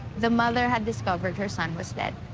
the mother had discovered her son was dead.